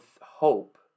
hope